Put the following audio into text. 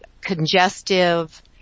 congestive